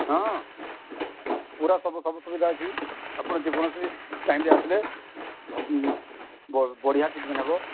ହଁ ପୁରା ସବୁ ସବୁ ସୁବିଧା ଅଛି ଆପଣ ଯେ ଯେ କୌଣସି ଟାଇମ୍ରେ ଆସିଲେ ସବୁ ବ ବଢିଆ ଟ୍ରିଟମେଣ୍ଟ୍ ହେବ